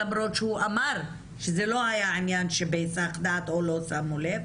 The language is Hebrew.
למרות שהוא אמר שזה לא היה עניין שבהיסח דעת או לא שמו לב.